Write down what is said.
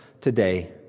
today